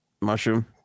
Mushroom